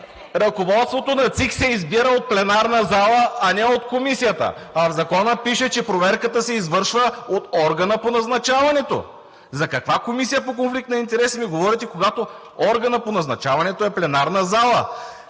ръководството на ЦИК се избира от пленарната зала, а не от Комисията. В Закона пише, че проверката се извършва от органа по назначаването. За каква Комисия по конфликт на интереси ми говорите, когато органът по назначаването е пленарната зала?